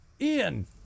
ian